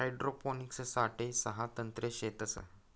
hydroponics साठे सहा तंत्रे शेतस